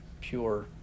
pure